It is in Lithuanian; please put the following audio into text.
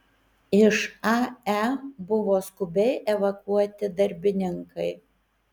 iš ae buvo skubiai evakuoti darbininkai